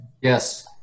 Yes